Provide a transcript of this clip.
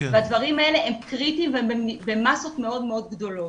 והדברים האלה הם קריטיים והם במסות מאוד גדולות.